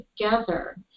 together